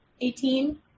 Eighteen